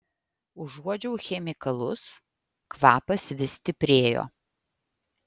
užuodžiau chemikalus kvapas vis stiprėjo